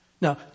Now